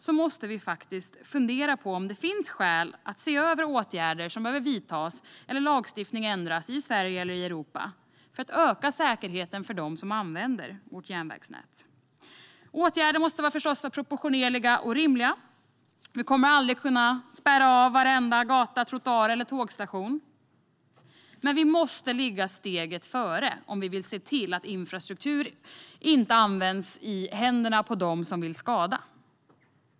Vi måste fundera på om det finns skäl att se över om det finns åtgärder som behöver vidtas eller lagstiftning som behöver ändras i Sverige eller i Europa för att öka säkerheten för dem som använder vårt järnvägsnät. Åtgärderna måste förstås vara proportionerliga och rimliga. Vi kommer aldrig att kunna spärra av varenda gata, trottoar eller tågstation. Men vi måste ligga steget före om vi vill se till att infrastruktur inte hamnar i händerna på dem som vill skada.